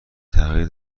تغییر